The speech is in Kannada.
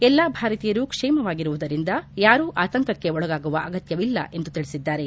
ಎಲ್ಲಾ ಭಾರತೀಯರು ಕ್ಷೇಮವಾಗಿರುವುದರಿಂದ ಯಾರೂ ಆತಂಕಕ್ಕೆ ಒಳಗಾಗುವ ಅಗತ್ಯವಿಲ್ಲ ಎಂದು ತಿಳಿಸಿದ್ದಾರೆ